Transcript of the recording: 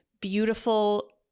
beautiful